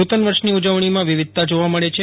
નુતન વર્ષની ઉજવણીમાં વિવિધતા જોવા મળે છે